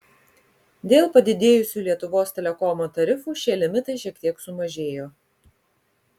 dėl padidėjusių lietuvos telekomo tarifų šie limitai šiek tiek sumažėjo